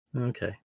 okay